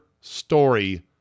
story